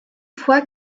fois